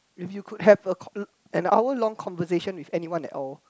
if you could have a an hour long conversation with anyone and all